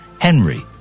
Henry